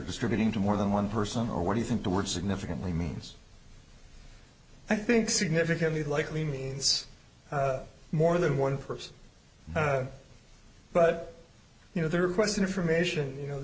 distributing to more than one person or what you think the word significantly means i think significantly likely means more than one person but you know there are question information you know